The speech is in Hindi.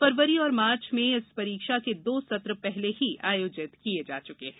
फरवरी और मार्च में इस परीक्षा के दो सत्र पहले ही आयोजित किए जा चुके हैं